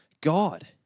God